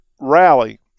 rally